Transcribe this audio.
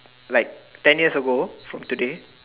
like ten years ago from today